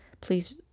please